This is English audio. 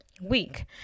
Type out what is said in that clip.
week